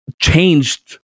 changed